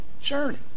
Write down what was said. journey